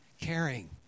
caring